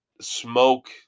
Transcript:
smoke